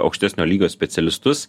aukštesnio lygio specialistus